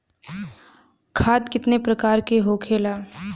खाद कितने प्रकार के होखेला?